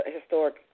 historic